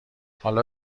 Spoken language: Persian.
حالا